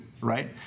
Right